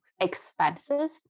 Expenses